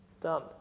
Done